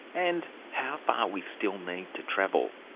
and how far we still need to travel.